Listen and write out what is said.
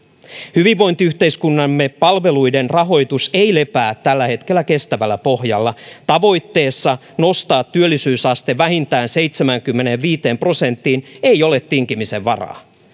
hyvinvointiyhteiskuntamme palveluiden rahoitus ei lepää tällä hetkellä kestävällä pohjalla tavoitteessa nostaa työllisyysaste vähintään seitsemäänkymmeneenviiteen prosenttiin ei ole tinkimisen varaa